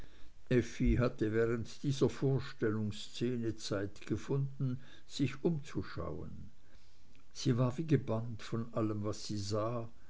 hatte während dieser vorstellungsszene zeit gefunden sich umzuschauen sie war wie gebannt von allem was sie sah